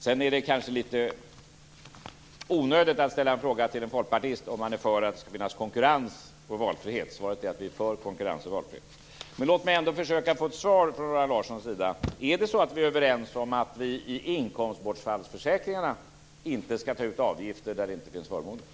Sedan är det kanske litet onödigt att ställa en fråga till en folkpartist om han är för att det skall finnas konkurrens och valfrihet. Svaret är att vi är för konkurrens och valfrihet. Jag skulle ändå vilja ha ett svar från Roland Larsson. Är vi överens om att det i inkomstbortfallsförsäkringarna inte skall tas ut avgifter där det inte finns förmåner?